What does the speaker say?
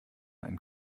ein